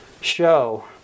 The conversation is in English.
show